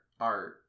art